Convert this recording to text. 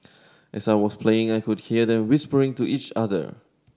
as I was playing I could hear them whispering to each other